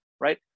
right